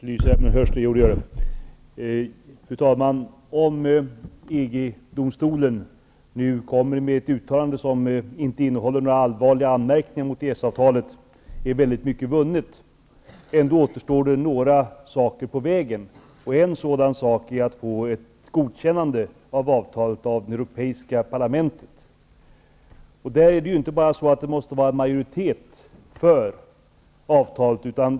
Fru talman! Om EG-domstolen nu kommer med ett uttalande som inte innehåller någon allvarlig anmärkning mot EES-avtalet är väldigt mycket vunnet. Ännu återstår dock några saker på vägen. En sådan sak är att få ett godkännande av avtalet från Europaparlamentet. Där måste det inte bara vara majoritet för avtalet.